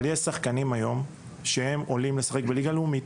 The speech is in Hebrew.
אבל יש שחקנים שעולים לשחק בליגה הלאומית,